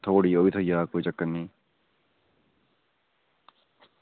थ्होड़ी ओह् बी थ्होई जाह्ग कोई चक्कर निं